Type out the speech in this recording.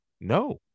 No